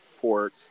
pork